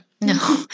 No